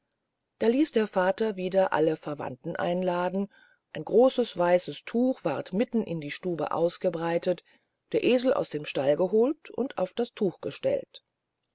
da ließ der vater wieder alle verwandten einladen ein großes weißes tuch ward mitten in die stube ausgebreitet der esel aus dem stall geholt und auf das tuch gestellt